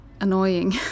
annoying